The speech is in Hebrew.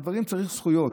על דברים, צריך זכויות,